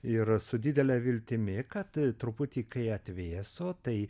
ir su didele viltimi kad truputį kai atvėso tai